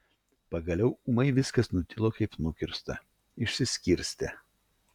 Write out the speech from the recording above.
pagaliau ūmai viskas nutilo kaip nukirsta išsiskirstė